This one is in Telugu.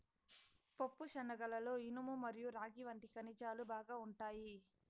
పప్పుశనగలలో ఇనుము మరియు రాగి వంటి ఖనిజాలు బాగా ఉంటాయి